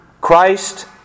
Christ